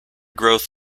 growth